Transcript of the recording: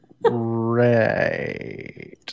Right